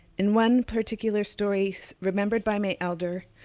in one particular story remembered by my elder,